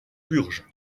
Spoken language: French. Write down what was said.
purge